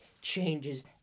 changes